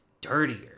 dirtier